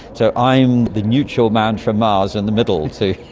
so i am the neutral man from mars in the middle to